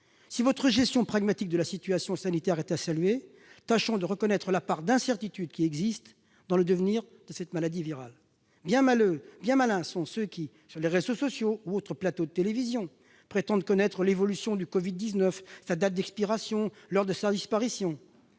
Si votre gestion pragmatique de la situation sanitaire est à saluer, tâchons de reconnaître la part d'incertitude qui existe quant au devenir de cette maladie virale. Bien malins ceux qui, sur les réseaux sociaux ou autres plateaux de télévision, prétendent connaître l'évolution du Covid-19, sa date d'expiration et l'heure de sa disparition